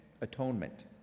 atonement